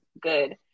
good